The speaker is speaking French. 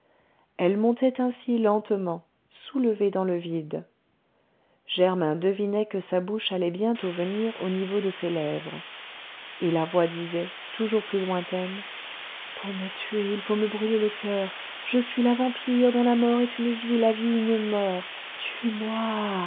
elle montait ainsi lentement soulevée dans le vide germain devinait que sa bouche allait bientôt venir au niveau de ses lèvres et la voix disait toujours plus lointaine pour me tuer il faut me brûler le coeur je suis la vampire dont la mort est une vie la vie une mort tue-moi